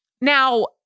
now